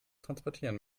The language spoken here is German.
transportieren